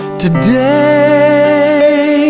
today